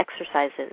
exercises